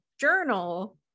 journal